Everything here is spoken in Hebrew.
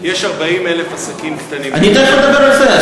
יש 40,000 עסקים קטנים, אני תכף אדבר על זה.